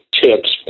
tips